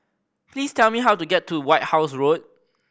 please tell me how to get to White House Road